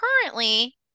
currently